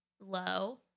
low